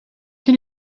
can